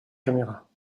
caméra